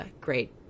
great